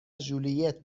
ژولیت